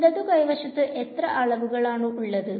ഇടതു വശത്തു എത്ര അളവുകൾആണ് ഉള്ളത്